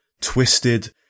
Twisted